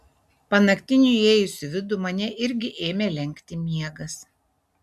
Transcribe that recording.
panaktiniui įėjus į vidų mane irgi ėmė lenkti miegas